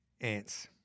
Ants